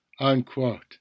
unquote